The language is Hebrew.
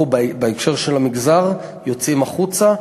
אנחנו, בהקשר של המגזר, יוצאים החוצה.